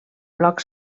bloc